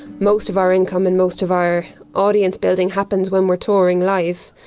most of our income and most of our audience building happens when we're touring live,